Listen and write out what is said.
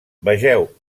vegeu